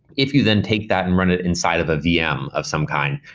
if you then take that and run it inside of a vm of some kind,